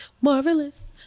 Marvelous